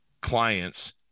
clients